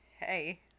hey